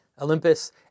Olympus